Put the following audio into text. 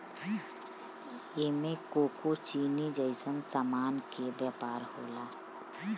एमे कोको चीनी जइसन सामान के व्यापार होला